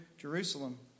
Jerusalem